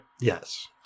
Yes